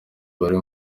bari